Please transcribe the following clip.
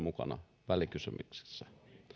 mukana välikysymyksessä